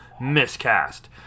miscast